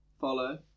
Follow